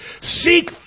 Seek